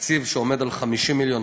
התקציב שעומד על 50 מיליון,